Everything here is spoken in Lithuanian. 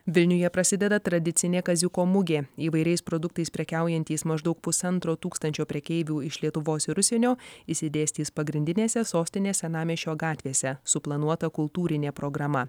vilniuje prasideda tradicinė kaziuko mugė įvairiais produktais prekiaujantys maždaug pusantro tūkstančio prekeivių iš lietuvos ir užsienio išsidėstys pagrindinėse sostinės senamiesčio gatvėse suplanuota kultūrinė programa